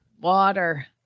Water